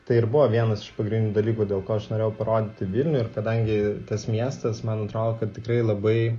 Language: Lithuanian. tai ir buvo vienas iš pagrindinių dalykų dėl ko aš norėjau parodyti vilnių ir kadangi tas miestas man atrodo kad tikrai labai